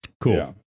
Cool